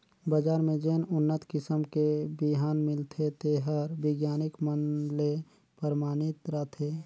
बजार में जेन उन्नत किसम के बिहन मिलथे तेहर बिग्यानिक मन ले परमानित रथे